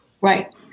right